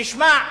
תשמע,